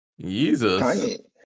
Jesus